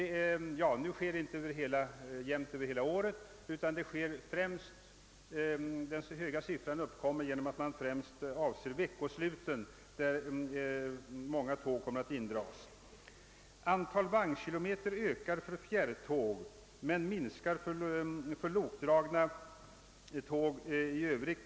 Minskningen inträder dock inte jämnt över hela året, utan denna höga siffra hänför sig främst till veckosluten, varvid många tåg kommer att indras. Antalet vagnkilometer ökar för fjärrtåg men minskar med 4 procent för lokdragna tåg i Övrigt.